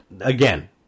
again